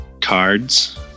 Cards